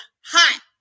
hot